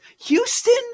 Houston